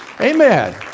Amen